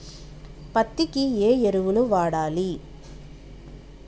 పత్తి కి ఏ ఎరువులు వాడాలి?